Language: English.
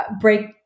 break